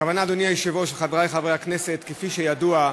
אדוני היושב-ראש וחברי חברי הכנסת, כפי שידוע,